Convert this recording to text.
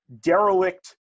derelict